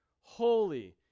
holy